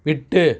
விட்டு